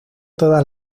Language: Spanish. todas